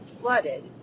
flooded